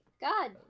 God